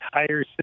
entire